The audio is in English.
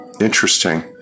interesting